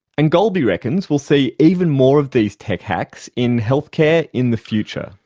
and golby reckons we'll see even more of these tech hacks in healthcare in the future.